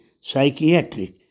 psychiatric